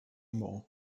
more